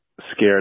scared